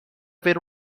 ver